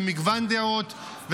למגוון דעות,